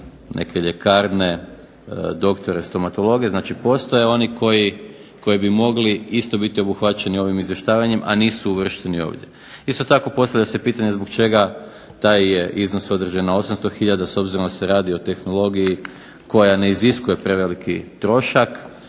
neke ljekarne, doktore, stomatologe. Znači, postoje oni koji bi mogli isto biti obuhvaćeni ovim izvještavanjem a nisu uvršteni ovdje. Isto tako, postavlja se pitanje zbog čega taj je iznos određen na 800 hiljada s obzirom da se radi o tehnologiji koja ne iziskuje preveliki trošak.